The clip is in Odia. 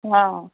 ହଁ